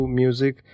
music